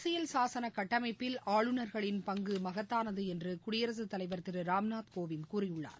அரசியல் சாசன கட்டமைப்பில் ஆளுநர்களின் பங்கு மகத்தானது என்று குடியரசுத் தலைவர் திரு ராம்நாத் கோவிந்த் கூறியுள்ளார்